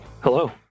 Hello